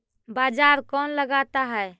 बाजार कौन लगाता है?